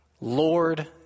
Lord